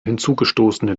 hinzugestoßene